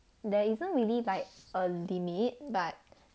there isn't really like a limit but